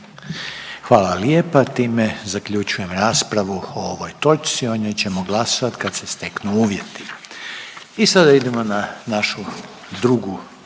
Hvala lijepa. Time zaključujem raspravu o ovoj točci. O njom ćemo glasovat kad se steknu uvjeti. **Jandroković, Gordan